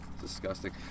Disgusting